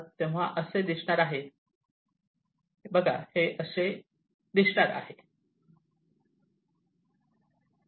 तेव्हा हे असे दिसणार आहे बघा ते हे असे दिसणार आहे